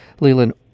Leland